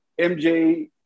MJ